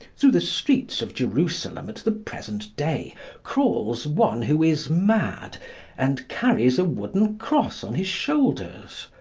through the streets of jerusalem at the present day crawls one who is mad and carries a wooden cross on his shoulders.